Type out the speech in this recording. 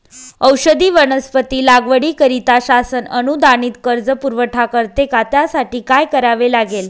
औषधी वनस्पती लागवडीकरिता शासन अनुदानित कर्ज पुरवठा करते का? त्यासाठी काय करावे लागेल?